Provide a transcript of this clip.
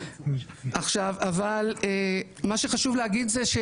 עכשיו אבל מה שחשוב להגיד זה,